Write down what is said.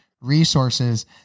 resources